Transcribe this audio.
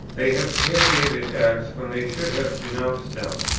they have palliated acts, when they should have denounced them.